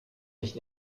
mich